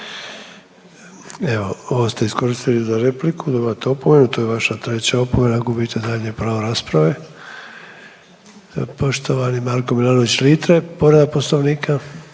Evo, ovo ste iskoristili za repliku, dobivate opomenu, to je vaša treća opomena. Gubite daljnje pravo rasprave. Poštovani Marko Milanović Litre, povreda Poslovnika.